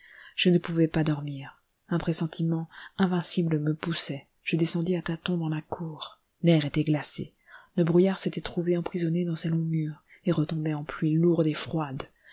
je ne pouvais pas dormir un pressentiment invincible me poussait je descendis à tâtons dans la cour l'air était glacé le brouillard s'était trouvé emprisonné dans ces longs murs et retombait en pluie lourde et froide